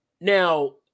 Now